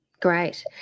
Great